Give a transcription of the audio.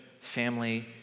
family